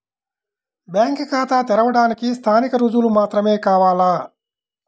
Bank ఖాతా తెరవడానికి స్థానిక రుజువులు మాత్రమే కావాలా?